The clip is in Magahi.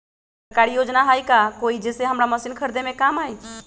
सरकारी योजना हई का कोइ जे से हमरा मशीन खरीदे में काम आई?